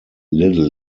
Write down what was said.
little